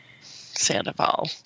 Sandoval